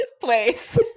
place